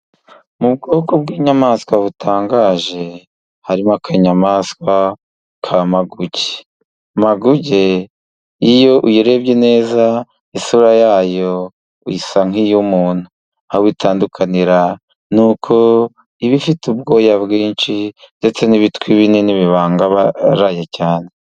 Mu bwoko bw'inyamaswa butangaje, harimo akanyamaswa ka Maguge, Maguke iyo uyirebye neza isura yayo, isa nk'iy'umuntu, aho bitandukanira n'uko iba ifite ubwoya bwinshi, ndetse n'ibitwi binini bibangaraye cyane.